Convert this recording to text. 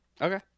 Okay